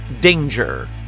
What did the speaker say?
Danger